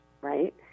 right